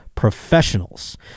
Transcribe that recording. Professionals